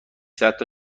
صدتا